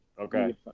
okay